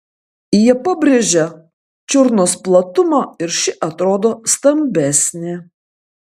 jie pabrėžia čiurnos platumą ir ši atrodo stambesnė